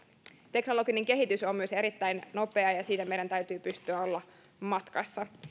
teknologinen kehitys on myös erittäin nopeaa ja siinä meidän täytyy pystyä olemaan matkassa